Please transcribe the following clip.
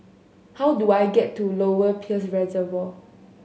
how do I get to Lower Peirce Reservoir